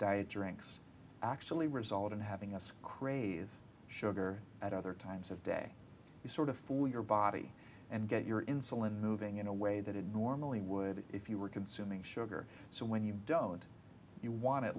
diet drinks actually result in having us crave sugar at other times of day you sort of fool your body and get your insulin moving in a way that it normally would if you were consuming sugar so when you don't you want it